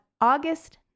August